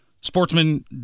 sportsman